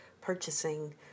purchasing